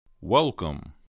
Welcome